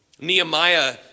Nehemiah